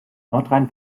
nordrhein